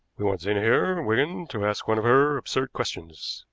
we want zena here, wigan, to ask one of her absurd questions,